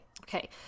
Okay